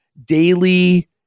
daily